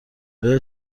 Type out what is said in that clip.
آیا